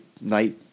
night